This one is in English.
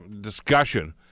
discussion